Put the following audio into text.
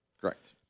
Correct